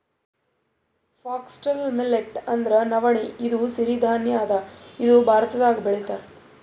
foxtail millet ಅಂದ್ರ ನವಣಿ ಇದು ಸಿರಿ ಧಾನ್ಯ ಅದಾ ಇದು ಭಾರತ್ದಾಗ್ ಬೆಳಿತಾರ್